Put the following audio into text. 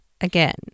Again